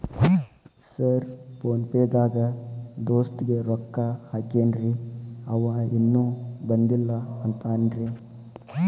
Sir PhonePe ದಾಗ ದೋಸ್ತ್ ಗೆ ರೊಕ್ಕಾ ಹಾಕೇನ್ರಿ ಅಂವ ಇನ್ನು ಬಂದಿಲ್ಲಾ ಅಂತಾನ್ರೇ?